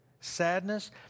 sadness